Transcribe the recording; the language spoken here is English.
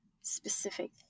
specific